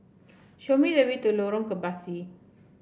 show me the way to Lorong Kebasi